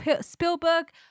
Spielberg